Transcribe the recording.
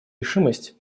решимость